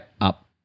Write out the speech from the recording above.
up